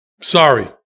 sorry